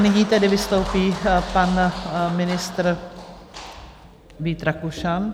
Nyní tedy vystoupí pan ministr Vít Rakušan.